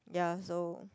ya so